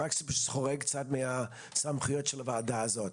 רק שזה חורג מהסמכויות של הוועדה הזאת.